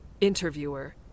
Interviewer